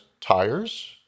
tires